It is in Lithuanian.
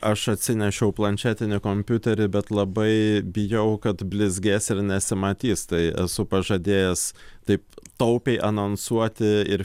aš atsinešiau planšetinį kompiuterį bet labai bijau kad blizgės ir nesimatys tai esu pažadėjęs taip taupiai anonsuoti ir